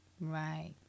Right